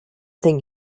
think